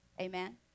Amen